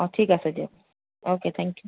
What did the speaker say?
ঠিক আছে দিয়ক অ'কে থেংক ইউ